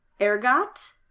ergot